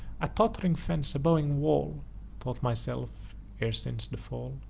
a tott'ring fence, a bowing wall thought myself ere since the fall